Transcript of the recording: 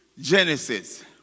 Genesis